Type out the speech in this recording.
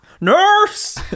nurse